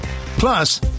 Plus